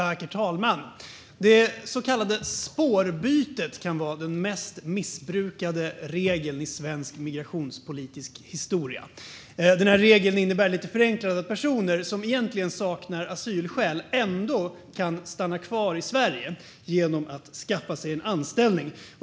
Herr talman! Det så kallade spårbytet kan vara den mest missbrukade regeln i svensk migrationspolitisk historia. Den innebär lite förenklat att personer som egentligen saknar asylskäl ändå kan stanna kvar i Sverige genom att skaffa sig en anställning.